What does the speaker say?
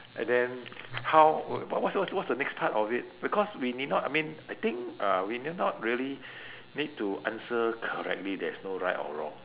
and then how wait what's what's what's the next part of it because we need not I mean I think uh we need not really need to answer correctly there is no right or wrong